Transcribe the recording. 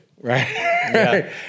Right